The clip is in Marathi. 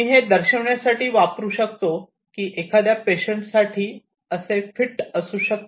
मी हे दर्शविण्यासाठी वापरु शकतो की एखाद्या पेशंट साठी असे फिट असू शकते